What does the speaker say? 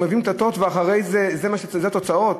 מגיעים לקטטות ואחרי זה אלה התוצאות?